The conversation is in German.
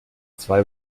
zwei